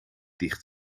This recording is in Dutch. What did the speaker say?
dicht